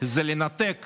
לנתק